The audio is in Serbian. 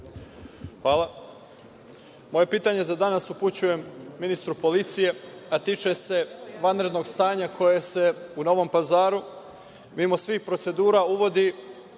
Hvala. Moje pitanje za danas upućujem ministru policije, a tiče se vanrednog stanja koje se u Novom Pazaru, mimo svih procedura, uvodi